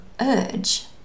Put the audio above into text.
urge